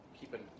keeping